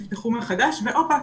נפתחו מחדש והופה,